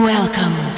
Welcome